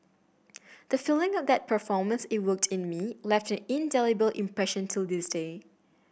the feeling that performance evoked in me left indelible impression till this day